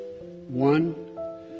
One